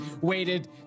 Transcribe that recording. waited